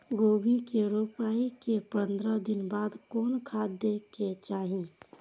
गोभी के रोपाई के पंद्रह दिन बाद कोन खाद दे के चाही?